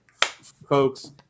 folks